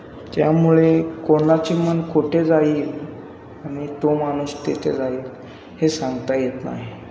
त्यामुळे कोणाचे मन कोठे जाईल आणि तो माणूस तिथे जाईल हे सांगता येत नाही